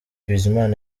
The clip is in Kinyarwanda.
bizimana